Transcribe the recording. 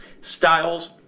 styles